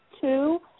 two